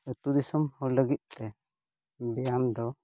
ᱟᱛᱳ ᱫᱤᱥᱚᱢ ᱦᱚᱲ ᱞᱟᱹᱜᱤᱫ ᱛᱮ ᱵᱮᱭᱟᱢ ᱫᱚ